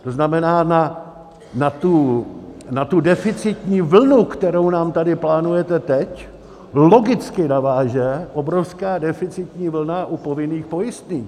To znamená, na tu deficitní vlnu, kterou nám tady plánujete teď, logicky naváže obrovská deficitní vlna u povinných pojistných.